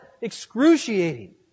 Excruciating